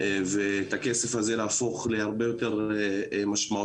ואת הכסף הזה להפוך להרבה יותר משמעותי